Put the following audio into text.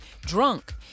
drunk